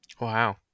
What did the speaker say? Wow